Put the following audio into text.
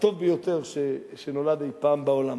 הטוב ביותר שנולד אי-פעם בעולם.